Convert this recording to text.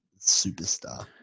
Superstar